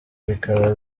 bikaba